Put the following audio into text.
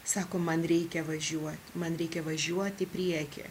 sako man reikia važiuot man reikia važiuot į priekį